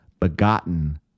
begotten